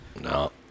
No